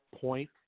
point